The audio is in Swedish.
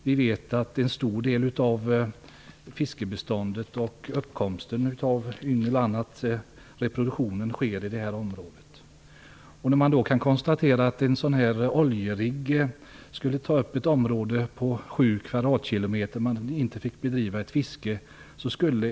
Vi vet att reproduktionen av en stor del av fiskebeståndet, uppkomsten av yngel, sker i det här området. En oljerigg skulle ta upp ett område på sju kvadratkilometer där man inte fick bedriva fiske.